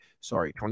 sorry